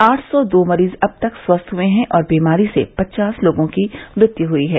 आठ सौ दो मरीज अब तक स्वस्थ हुए हैं और बीमारी से पचास लोगों की मृत्यु हुई है